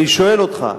אני שואל אותך,